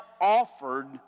offered